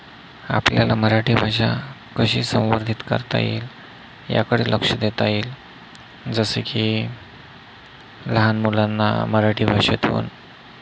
आपल्याला मराठी भाषा कशी संवर्धित करता येईल याकडे लक्ष देता येईल जसे की लहान मुलांना मराठी भाषेतून